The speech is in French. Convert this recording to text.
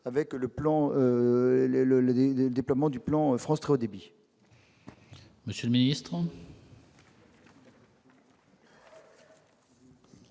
avec le déploiement du plan France Très haut débit.